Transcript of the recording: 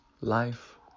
Life